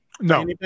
No